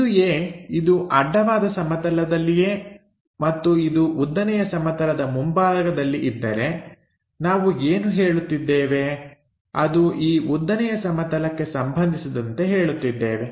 ಬಿಂದು A ಇದು ಅಡ್ಡವಾದ ಸಮತಲದಲ್ಲಿಯೇ ಮತ್ತು ಇದು ಉದ್ದನೆಯ ಸಮತಲದ ಮುಂಭಾಗದಲ್ಲಿ ಇದ್ದರೆ ನಾವು ಏನು ಹೇಳುತ್ತಿದ್ದೇವೆ ಅದು ಈ ಉದ್ದನೆಯ ಸಮತಲಕ್ಕೆ ಸಂಬಂಧಿಸಿದಂತೆ ಹೇಳುತ್ತಿದ್ದೇವೆ